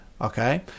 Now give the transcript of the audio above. Okay